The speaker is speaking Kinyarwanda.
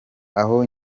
aho